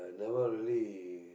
never really